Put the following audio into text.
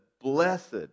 blessed